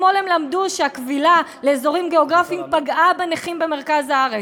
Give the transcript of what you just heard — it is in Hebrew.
אתמול הם למדו שהכבילה לאזורים גיאוגרפיים פגעה בנכים במרכז הארץ,